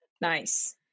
nice